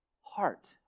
heart